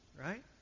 right